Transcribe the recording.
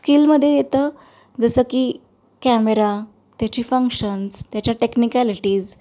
स्किलमध्ये येतं जसं की कॅमेरा त्याची फंक्शन्स त्याच्या टेक्निकॅलिटीज